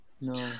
no